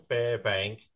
Fairbank